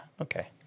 okay